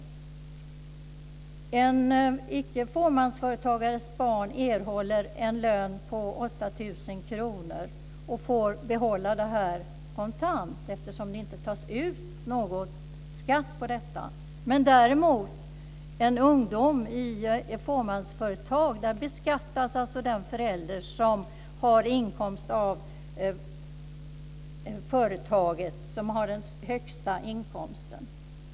Barn till ickefåmansföretagare erhåller en lön på 8 000 kr och får behålla den kontant eftersom det inte tas ut någon skatt på den. Om det däremot är en ung person i ett fåmansföretag beskattas den förälder som har den högsta inkomsten av företaget.